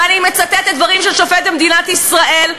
ואני מצטטת דברים של שופט במדינת ישראל,